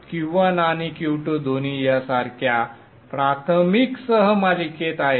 Q1 आणि Q2 दोन्ही यासारख्या प्राथमिक सह मालिकेत आहेत